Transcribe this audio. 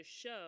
show